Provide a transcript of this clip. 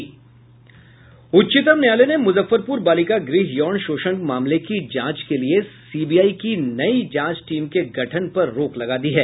उच्चतम न्यायालय ने मुजफ्फरपुर बालिका गृह यौन शोषण मामले की जांच के लिए सीबीआई की नई जांच टीम के गठन पर रोक लगा दी है